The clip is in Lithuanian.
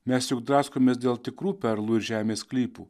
mes juk draskomės dėl tikrų perlų ir žemės sklypų